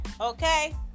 Okay